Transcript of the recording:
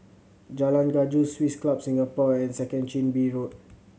Jalan Gajus Swiss Club Singapore and Second Chin Bee Road